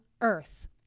earth